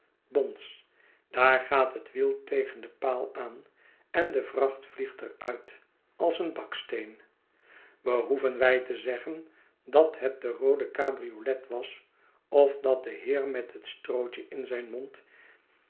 bons daar gaat het wiel tegen den paal aan en de vracht vliegt er uit als een baksteen behoeven wij te zeggen dat het de roode cabriolet was of dat de heer met het strootje in zijn mond